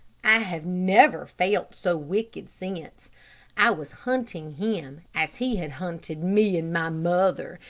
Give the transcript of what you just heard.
i have never felt so wicked since. i was hunting him, as he had hunted me and my mother,